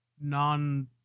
non